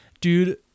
Dude